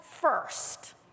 first